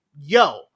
yo